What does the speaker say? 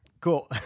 Cool